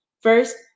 First